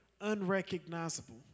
unrecognizable